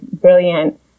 brilliant